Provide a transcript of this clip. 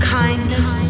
kindness